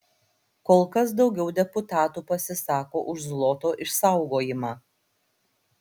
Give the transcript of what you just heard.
kol kas daugiau deputatų pasisako už zloto išsaugojimą